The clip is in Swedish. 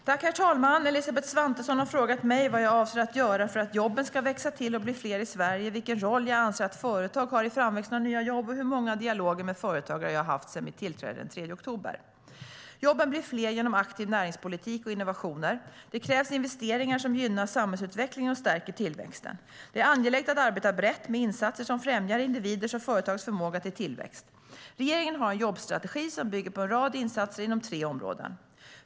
Herr talman! Elisabeth Svantesson har frågat mig vad jag avser att göra för att jobben ska växa till och bli fler i Sverige, vilken roll jag anser att företag har i framväxten av nya jobb och hur många dialoger med företagare jag har haft sedan mitt tillträde den 3 oktober. Jobben blir fler genom aktiv näringspolitik och innovationer. Det krävs investeringar som gynnar samhällsutvecklingen och stärker tillväxten. Det är angeläget att arbeta brett med insatser som främjar individers och företags förmåga till tillväxt. Regeringen har en jobbstrategi som bygger på en rad insatser inom tre områden.